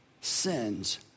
sins